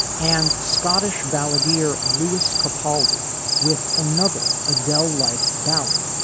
and scottish balladeer lewis capaldi with another adele like ballad,